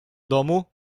domu